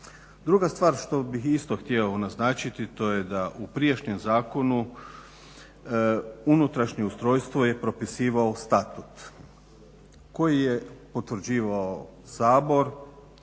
Druga stvar što bih isto htjeo naznačiti to je da u prijašnjem zakonu unutrašnje ustrojstvo je propisivao Statut koji je potvrđivao Sabor.